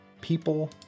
people